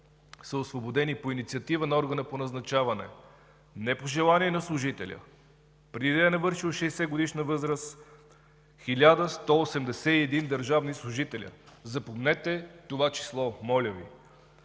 са освободени по инициатива на органа по назначаване, не по желание на служителя, а преди да е навършил 60-годишна възраст – 1181 държавни служители! Запомнете това число, моля Ви.